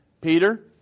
Peter